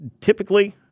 typically